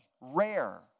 Rare